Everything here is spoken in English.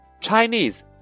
Chinese